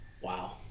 Wow